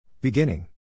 Beginning